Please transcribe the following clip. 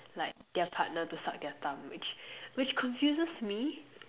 like their partner to suck their thumb which which confuses me